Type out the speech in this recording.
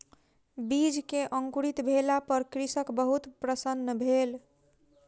बीज के अंकुरित भेला पर कृषक बहुत प्रसन्न भेल